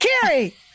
Carrie